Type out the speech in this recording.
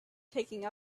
taking